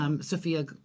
Sophia